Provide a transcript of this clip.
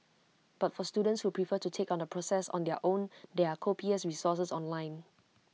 but for students who prefer to take on the process on their own there are copious resources online